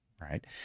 right